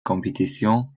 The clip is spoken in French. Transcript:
compétition